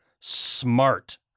smart